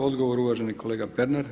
Odgovor uvaženi kolega Pernar.